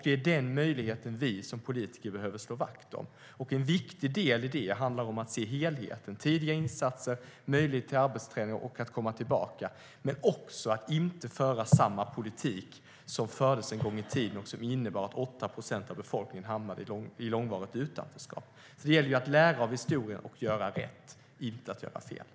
Det är den möjligheten vi som politiker behöver slå vakt om. En viktig del i det är att se helheten. Det behövs tidiga insatser och möjlighet till arbetsträning för att komma tillbaka. Men det handlar också om att inte föra samma politik som fördes en gång i tiden och som innebar att 8 procent av befolkningen hamnade i långvarigt utanförskap. Det gäller att lära av historien och göra rätt, inte att göra fel.